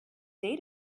day